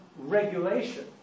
regulation